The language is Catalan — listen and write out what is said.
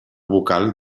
vocal